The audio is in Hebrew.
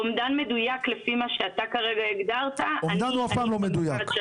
אומדן מדויק לפי מה שאתה הגדרת --- אומדן אף פעם לא מדויק.